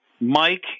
Mike